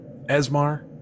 Esmar